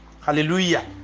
Hallelujah